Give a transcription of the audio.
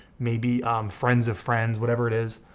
maybe friends of friends, whatever it is,